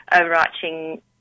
overarching